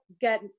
get